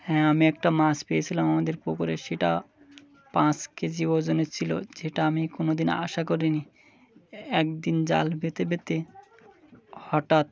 হ্যাঁ আমি একটা মাছ পেয়েছিলাম আমাদের পুকুরে সেটা পাঁচ কেজি ওজনের ছিল যেটা আমি কোনো দিন আশা করিনি একদিন জাল পেতে পেতে হঠাৎ